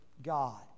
God